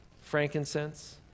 frankincense